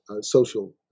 social